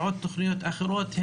ותוכניות נוספות אחרות,